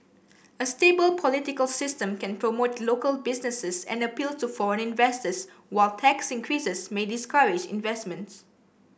a stable political system can promote local businesses and appeal to foreign investors while tax increases may discourage investments